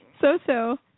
So-so